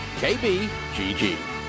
KBGG